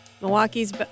Milwaukee's